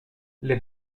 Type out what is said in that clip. les